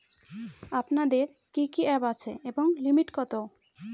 আপনাদের কি কি অ্যাপ আছে এবং লিমিট কত?